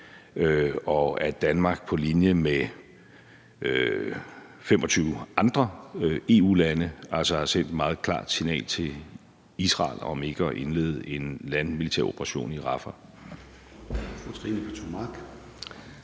at Danmark på linje med 25 andre EU-lande har sendt et meget klart signal til Israel om ikke at indlede en landmilitær operation i Rafah.